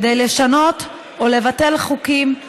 כדי לשנות או לבטל חוקים,